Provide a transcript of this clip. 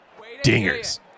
Dingers